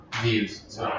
views